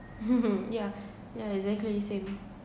yeah yeah exactly same